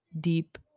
deep